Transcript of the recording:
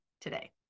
today